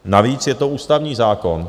Navíc je to ústavní zákon.